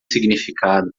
significado